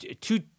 two